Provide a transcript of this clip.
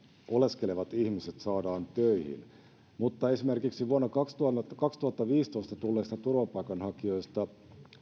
oleskelevat ihmiset saadaan töihin mutta esimerkiksi vuonna kaksituhattaviisitoista tulleista turvapaikanhakijoista